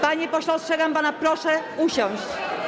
Panie pośle, ostrzegam pana, proszę usiąść.